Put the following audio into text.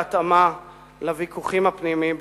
בהתאמה לוויכוחים הפנימיים בתוכנו.